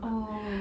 oh